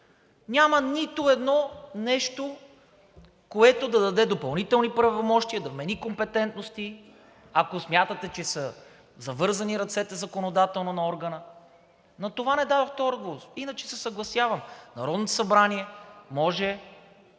няма нито едно нещо, което да даде допълнителни правомощия, да вмени компетентности, ако смятаме, че са завързани ръцете законодателно на органа? На това не дадохте отговор. Иначе се съгласявам – Народното събрание може